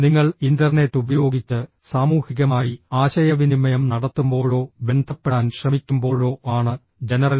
നിങ്ങൾ ഇന്റർനെറ്റ് ഉപയോഗിച്ച് സാമൂഹികമായി ആശയവിനിമയം നടത്തുമ്പോഴോ ബന്ധപ്പെടാൻ ശ്രമിക്കുമ്പോഴോ ആണ് ജനറൽ